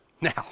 Now